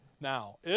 Now